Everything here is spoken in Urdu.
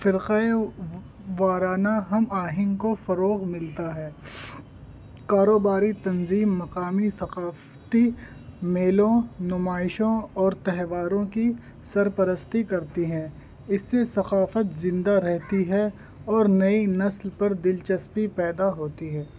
فرقہ وارانہ ہم آہنگی کو فروغ ملتا ہے کاروباری تنظیم مقامی ثقافتی میلوں نمائشوں اور تہواروں کی سرپرستی کرتی ہیں اس سے ثقافت زندہ رہتی ہے اور نئی نسل پر دلچسپی پیدا ہوتی ہے